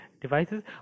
devices